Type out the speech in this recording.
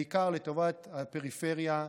בעיקר לטובת הפריפריה,